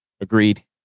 Agreed